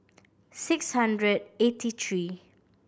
six hundred eighty three